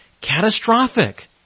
catastrophic